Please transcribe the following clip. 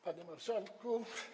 Panie Marszałku!